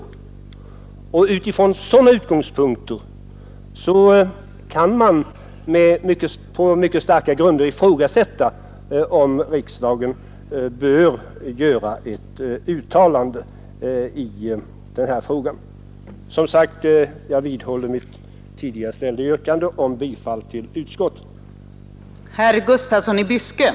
Från sådana utgångspunkter kan man på mycket starka grunder ifrågasätta, om riksdagen bör göra ett uttalande i den här frågan. Som sagt, jag vidhåller mitt tidigare ställda yrkande om bifall till utskottets förslag.